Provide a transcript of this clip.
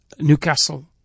Newcastle